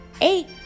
eight